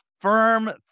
firm